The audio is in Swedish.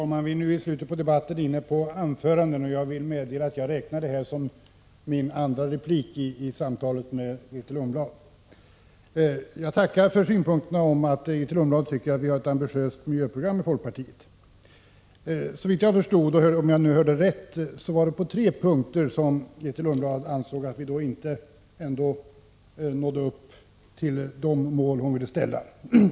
Fru talman! I slutet av debatten är vi åter inne på anföranden. Men jag vill meddela att jag räknar detta inlägg som min andra replik till Grethe Lundblad. Jag är tacksam för Grethe Lundblads synpunkter. Hon tycker att vi i folkpartiet har ett ambitiöst miljöprogram. Såvitt jag förstår — om jag nu hörde rätt — ansåg Grethe Lundblad att vi i tre avseenden ändå inte nått upp till de mål som hon vill ställa upp.